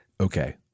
Okay